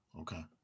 Okay